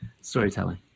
Storytelling